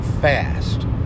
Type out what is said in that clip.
fast